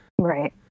right